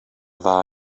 dda